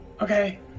Okay